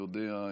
יודע,